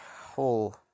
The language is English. whole